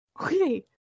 Okay